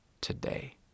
today